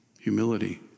humility